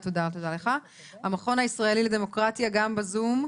המכון הישראלי לדמוקרטיה, גם בזום,